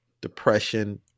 depression